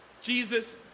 Jesus